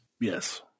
Yes